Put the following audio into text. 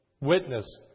Witness